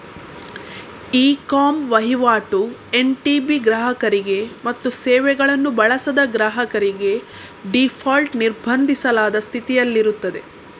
E com ವಹಿವಾಟು NTB ಗ್ರಾಹಕರಿಗೆ ಮತ್ತು ಸೇವೆಗಳನ್ನು ಬಳಸದ ಗ್ರಾಹಕರಿಗೆ ಡೀಫಾಲ್ಟ್ ನಿರ್ಬಂಧಿಸಲಾದ ಸ್ಥಿತಿಯಲ್ಲಿರುತ್ತದೆ